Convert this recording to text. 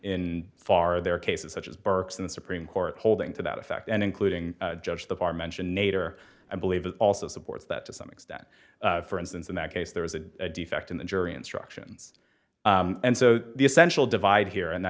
in far there are cases such as burke's in the supreme court holding to that effect and including judge the bar mention nater i believe it also supports that to some extent for instance in that case there is a defect in the jury instructions and so the essential divide here and i